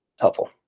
helpful